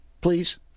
please